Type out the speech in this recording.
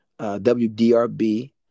WDRB